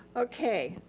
okay.